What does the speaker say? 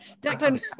Declan